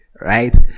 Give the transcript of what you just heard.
right